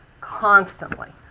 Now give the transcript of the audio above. constantly